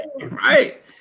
Right